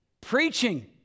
Preaching